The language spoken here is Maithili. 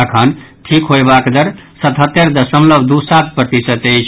अखन ठीक होयबाक दर सतहत्तरि दशमलव दू सात प्रतिशत अछि